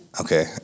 Okay